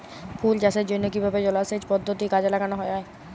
ফুল চাষের জন্য কিভাবে জলাসেচ পদ্ধতি কাজে লাগানো যাই?